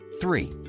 Three